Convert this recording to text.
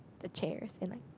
the chairs and like